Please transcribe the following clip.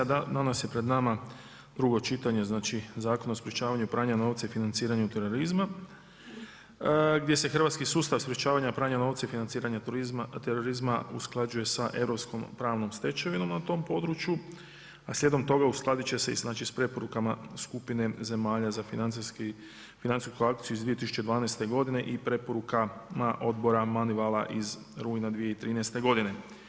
Danas je pred nama drugo čitanje, znači Zakona o sprječavanju pranja novca i financiranju terorizma gdje hrvatski sustav sprječavanja pranja novca i financiranja terorizma usklađuje sa europskom pravnom stečevinom na tom području a slijedom toga uskladiti će se i znači sa preporuka skupine zemalja za financijsku akciju iz 2012. godine i preporukama odbora Moneyvala iz rujna 2013. godine.